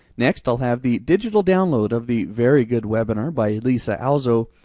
next i'll have the digital download of the very good webinar by lisa alzo,